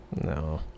No